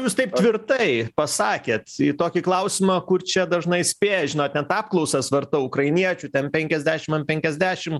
jūs taip tvirtai pasakėt į tokį klausimą kur čia dažnai spėja žinot net apklausas vartau ukrainiečių ten penkiasdešim an penkiasdešim